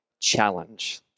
Challenge